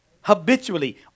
habitually